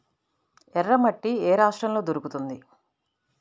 ఎర్రమట్టి ఏ రాష్ట్రంలో దొరుకుతుంది?